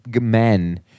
men